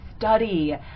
study